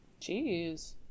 Jeez